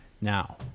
Now